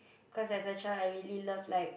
cause there's a chance I really love like